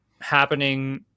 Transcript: happening